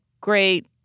great